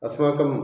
अस्माकं